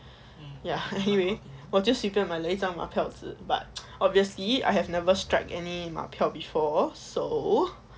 ya anyway 我就随便买了一张马票纸:wo jiu sui bianan mai le yi zhang ma piao zhi but obviously I have never strike any 马票 before so